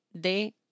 de